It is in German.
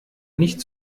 nicht